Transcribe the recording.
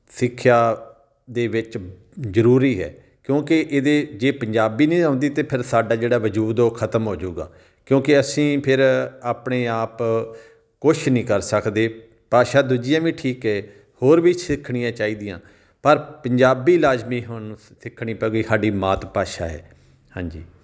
ਸਿੱਖਿਆ ਦੇ ਵਿੱਚ ਜ਼ਰੂਰੀ ਹੈ ਕਿਉਂਕਿ ਇਹਦੇ ਜੇ ਪੰਜਾਬੀ ਨਹੀਂ ਆਉਂਦੀ ਤਾਂ ਫਿਰ ਸਾਡਾ ਜਿਹੜਾ ਵਜੂਦ ਉਹ ਖਤਮ ਹੋ ਜੂਗਾ ਕਿਉਂਕਿ ਅਸੀਂ ਫਿਰ ਆਪਣੇ ਆਪ ਕੁਛ ਨਹੀਂ ਕਰ ਸਕਦੇ ਭਾਸ਼ਾ ਦੂਜੀਆਂ ਵੀ ਠੀਕ ਹੈ ਹੋਰ ਵੀ ਸਿੱਖਣੀਆਂ ਚਾਹੀਦੀਆਂ ਪਰ ਪੰਜਾਬੀ ਲਾਜ਼ਮੀ ਹੁਣ ਸਿ ਸਿੱਖਣੀ ਪੈ ਗਈ ਸਾਡੀ ਮਾਤ ਭਾਸ਼ਾ ਹੈ ਹਾਂਜੀ